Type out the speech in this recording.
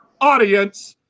audience